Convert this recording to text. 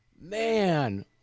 Man